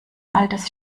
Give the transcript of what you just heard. altes